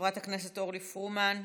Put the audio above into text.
חברת הכנסת אורלי פרומן,